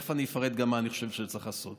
ותכף אני אפרט גם מה אני חושב שצריך לעשות.